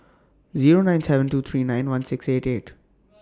Zero nine seven two three nine one six eight eight